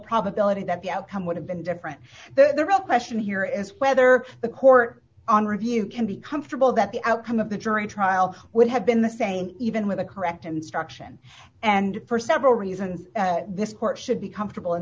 probability that the outcome would have been different though the real question here is whether the court on review can be comfortable that the outcome of the jury trial would have been the same even with the correct instruction and for several reasons this court should be comfortable in